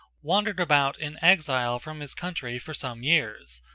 wandered about an exile from his country for some years,